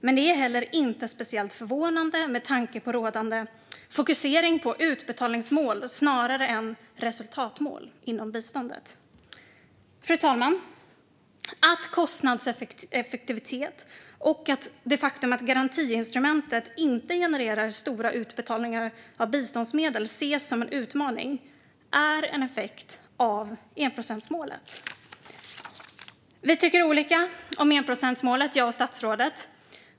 Men det är heller inte speciellt förvånande med tanke på rådande fokus på utbetalningsmål snarare än resultatmål inom biståndet. Fru talman! Att kostnadseffektivitet och det faktum att garantiinstrumentet inte genererar stora utbetalningar av biståndsmedel ses som en utmaning är en effekt av enprocentsmålet. Vi tycker olika om enprocentsmålet, jag och statsrådet.